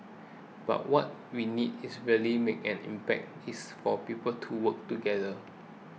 but what we need is really make an impact is for people to work together